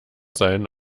sein